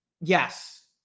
yes